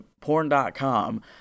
porn.com